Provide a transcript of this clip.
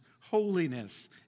holiness